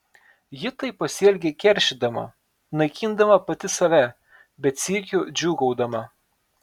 ji taip pasielgė keršydama naikindama pati save bet sykiu džiūgaudama